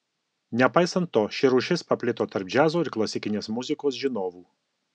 nepaisant to ši rūšis paplito tarp džiazo ir klasikinės muzikos žinovų